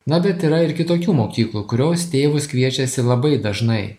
na bet yra ir kitokių mokyklų kurios tėvus kviečiasi labai dažnai